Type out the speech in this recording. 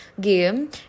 game